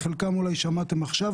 חלקם אולי שמעתם עכשיו.